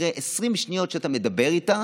אחרי 20 שניות שאתה מדבר איתה